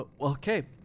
Okay